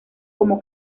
como